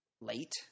late